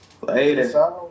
Later